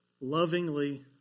lovingly